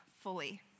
fully